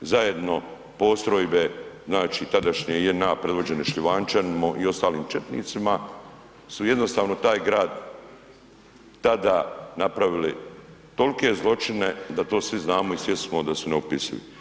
zajedno postrojbe, znači tadašnje JNA predvođene Šljivančaninom i ostalim četnicima su jednostavno taj grad tada napravili tolke zločine da to svi znamo i svjesni smo da su neopisivi.